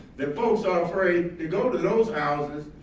that folks are afraid to go to those houses,